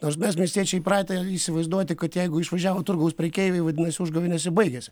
nors mes miestiečiai įpratę įsivaizduoti kad jeigu išvažiavo turgaus prekeiviai vadinasi užgavėnės jau baigėsi